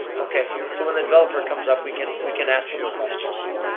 okay, so when the developer comes up, we can we can ask them the question.